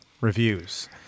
reviews